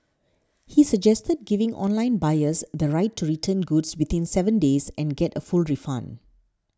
he suggested giving online buyers the right to return goods within seven days and get a full refund